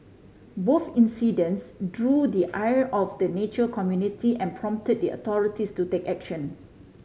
both incidents drew the ire of the nature community and prompted the authorities to take action